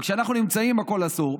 וכשאנחנו נמצאים הכול אסור.